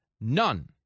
None